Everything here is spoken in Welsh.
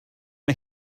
mae